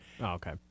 okay